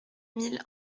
mille